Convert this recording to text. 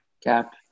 cap